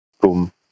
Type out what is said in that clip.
boom